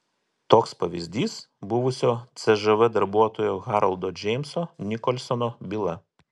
toks pavyzdys buvusio cžv darbuotojo haroldo džeimso nikolsono byla